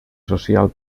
social